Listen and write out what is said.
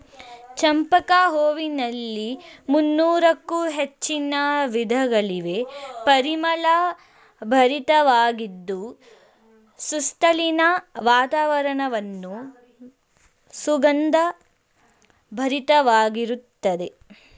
ಚಂಪಕ ಹೂವಿನಲ್ಲಿ ಮುನ್ನೋರಕ್ಕು ಹೆಚ್ಚಿನ ವಿಧಗಳಿವೆ, ಪರಿಮಳ ಭರಿತವಾಗಿದ್ದು ಸುತ್ತಲಿನ ವಾತಾವರಣವನ್ನು ಸುಗಂಧ ಭರಿತವಾಗಿರುತ್ತದೆ